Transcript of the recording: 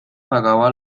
pagaba